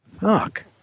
Fuck